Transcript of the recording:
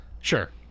Sure